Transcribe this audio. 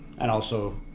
and also